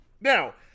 now